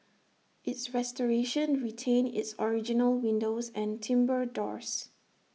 its restoration retained its original windows and timbre doors